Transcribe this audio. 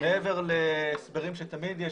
מעבר להסברים שתמיד יש,